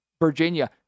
Virginia